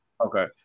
Okay